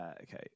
Okay